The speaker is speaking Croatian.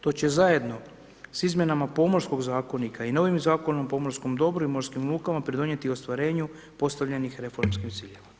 To će zajedno s izmjenama Pomorskog zakonika i novim Zakonom o pomorskom dobru i morskim lukama pridonijeti ostvarenju postavljenih reformskih ciljeva.